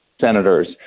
senators